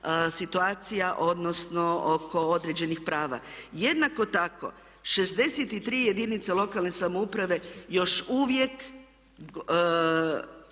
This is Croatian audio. situacija odnosno oko određenih prava. Jednako tako 63 jedinice lokalne samouprave još uvijek